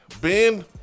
Ben